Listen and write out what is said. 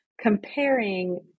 comparing